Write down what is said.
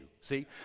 see